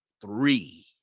three